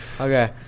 okay